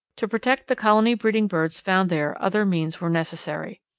to protect the colony-breeding birds found there other means were necessary.